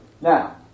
Now